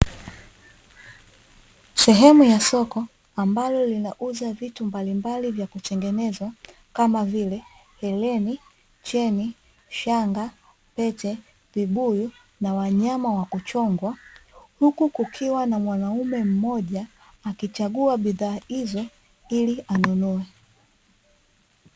Sehemu ya soko ambalo linauza vitu mbali mbali vya kutengenezwa kama vile hereni, cheni, shanga, pete, vibuyu na wanyama wa kuchongwa huku kukiwa na mwanaume mmoja akichagua bidhaa hizo ili anunue.